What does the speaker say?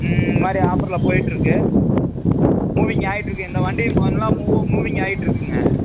ம் இது மாதிரி ஆஃபர்ல போய்ட்டு இருக்குது மூவிங் ஆயிட்ருக்குது இந்த வண்டி நல்லா மூவ் மூவிங் ஆயிட்ருக்குதுங்க